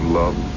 love